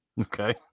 Okay